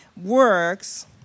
works